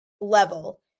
level